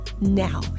Now